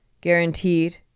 guaranteed